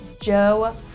Joe